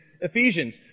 Ephesians